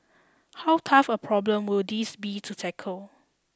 how tough a problem will this be to tackle